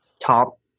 top